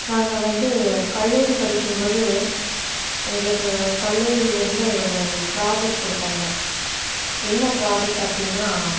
நாங்கள் வந்து கல்லூரி படிக்கும்போது எங்களுக்கு கல்லூரியிலருந்து ஒரு ப்ராஜக்ட் கொடுத்தாங்க என்ன ப்ராஜக்ட் அப்படின்னா